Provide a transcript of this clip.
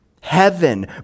heaven